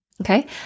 okay